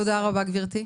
תודה רבה גברתי.